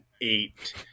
eight